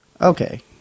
Okay